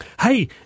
Hey